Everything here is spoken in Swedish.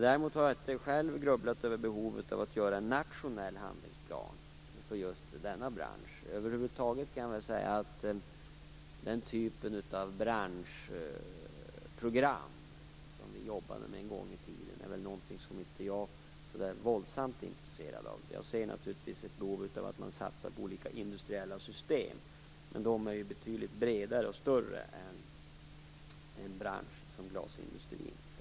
Däremot har jag inte själv grubblat över behovet av att göra en nationell handlingsplan för just denna bransch. Över huvud taget är väl den typ av branschprogram som vi en gång i tiden jobbade med något som jag inte är så våldsamt intresserad av. Jag ser naturligtvis att det finns ett behov av att satsa på olika industriella system, men de är betydligt bredare och större jämfört med en bransch som glasindustrin.